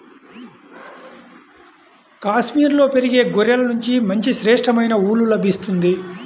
కాశ్మీరులో పెరిగే గొర్రెల నుంచి మంచి శ్రేష్టమైన ఊలు లభిస్తుంది